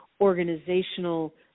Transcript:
organizational